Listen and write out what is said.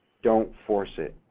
don't force it.